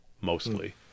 mostly